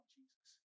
Jesus